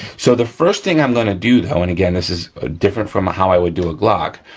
so, the first thing i'm gonna do, oh, and again, this is different from ah how i would do a glock,